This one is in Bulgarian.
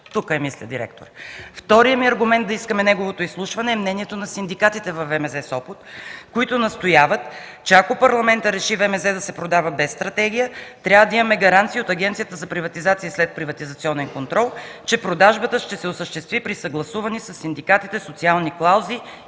мисля... Вторият ми аргумент да искаме неговото изслушване е мнението на синдикатите във ВМЗ – Сопот, които настояват, че ако парламентът реши ВМЗ да се продава без стратегия трябва да имаме гаранция от Агенцията за приватизация и следприватизационен контрол, че продажбата ще се осъществи при съгласувани със синдикатите социални клаузи